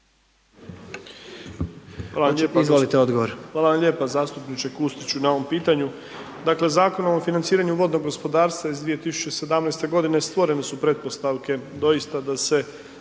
Hvala vam lijepa zastupniče Kustić na ovome pitanju. Dakle, Zakonom o financiranju vodnog gospodarstva iz 2017. g. stvorene su pretpostavke doista da se